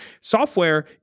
Software